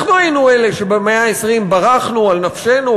אנחנו היינו אלה שבמאה ה-20 ברחנו על נפשנו,